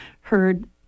heard